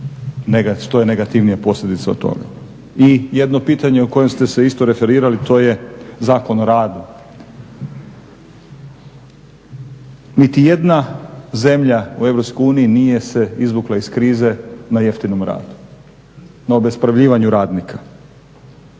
što je negativnija posljedica od toga. I jedno pitanje o kojem ste se isto referirali to je Zakon o radu. Niti jedna zemlja u EU nije se izvukla iz krize na jeftinom radu, na obespravljivanju radnika.